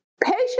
patient